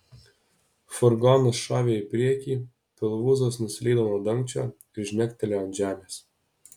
furgonas šovė į priekį pilvūzas nuslydo nuo dangčio ir žnegtelėjo ant žemės